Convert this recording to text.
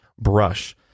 brush